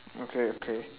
okay okay